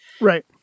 Right